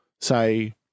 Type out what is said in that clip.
say